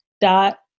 dot